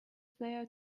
there